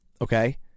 okay